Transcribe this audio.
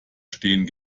stehen